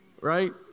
right